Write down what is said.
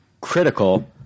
critical